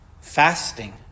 Fasting